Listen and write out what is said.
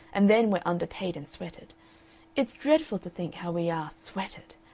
and then we're underpaid and sweated it's dreadful to think how we are sweated!